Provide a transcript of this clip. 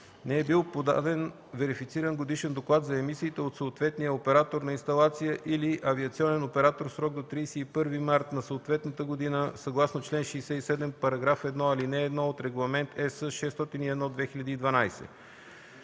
не е бил подаден верифициран годишен доклад за емисиите от съответния оператор на инсталация или авиационен оператор в срок до 31 март на съответната година, съгласно чл. 67, § 1, ал. 1 от Регламент (ЕС) № 601/2012;